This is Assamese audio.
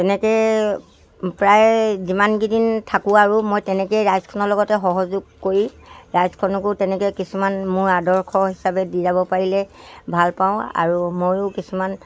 তেনেকে প্ৰায় যিমানকেইদিন থাকোঁ আৰু মই তেনেকেই ৰাইজখনৰ লগতে সহযোগ কৰি ৰাইজখনকো তেনেকে কিছুমান মোৰ আদৰ্শ হিচাপে দি যাব পাৰিলে ভাল পাওঁ আৰু ময়ো কিছুমান